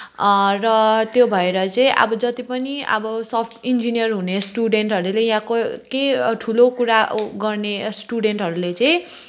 र त्यो भएर चाहिँ अब जति पनि अब सफ्ट इन्जिनियर हुने स्टुडेन्टहरूले यहाँको केही ठुलो कुरा गर्ने स्टुडेन्टहरूले चाहिँ